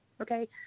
okay